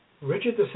Richard